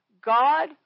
God